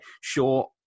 sure